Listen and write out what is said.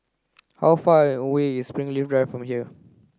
how far away is Springleaf Drive from here